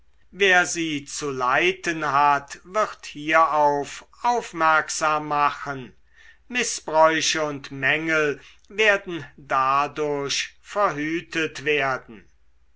wer sie zu leiten hat wird hierauf aufmerksam machen mißbräuche und mängel werden dadurch verhütet werden